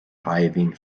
shaidhbhín